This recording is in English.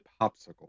popsicle